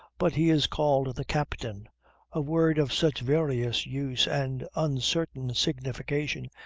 but he is called the captain a word of such various use and uncertain signification,